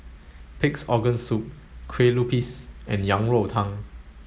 pig's organ soup Kueh Lupis and Yang Rou Tang